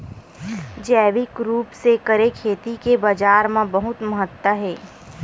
जैविक रूप से करे खेती के बाजार मा बहुत महत्ता हे